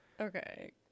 Okay